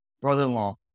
brother-in-law